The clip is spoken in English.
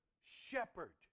Shepherd